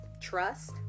trust